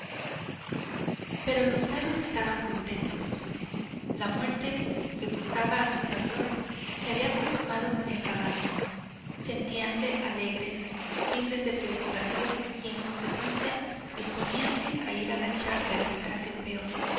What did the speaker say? pero los perros estaban contentos la muerte que buscaba a su patrón se había conformado con el caballo sentíanse alegres libres de preocupación y en consecuencia disponíanse a ir a la chacra tras el peón